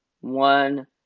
one